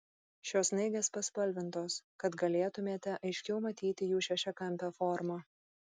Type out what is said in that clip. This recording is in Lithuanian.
šios snaigės paspalvintos kad galėtumėte aiškiau matyti jų šešiakampę formą